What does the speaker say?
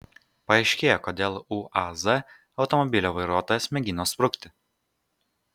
paaiškėjo kodėl uaz automobilio vairuotojas mėgino sprukti